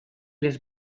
les